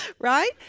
right